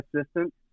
assistant